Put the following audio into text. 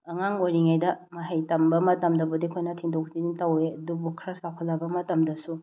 ꯑꯉꯥꯡ ꯑꯣꯏꯔꯤꯉꯩꯗ ꯃꯍꯩ ꯇꯝꯕ ꯃꯇꯝꯗꯕꯨꯗꯤ ꯑꯩꯈꯣꯏꯅ ꯊꯤꯟꯗꯣꯛ ꯊꯤꯟꯖꯤꯟ ꯇꯧꯋꯦ ꯑꯗꯨꯕꯨ ꯈꯔ ꯆꯥꯎꯈꯠꯂꯕ ꯃꯇꯝꯗꯁꯨ